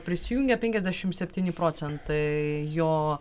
prisijungė penkiasdešimt septyni procentai jo